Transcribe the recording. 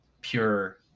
pure